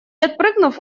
отпрыгнув